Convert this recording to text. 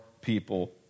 people